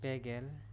ᱯᱮ ᱜᱮᱞ